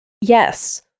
Yes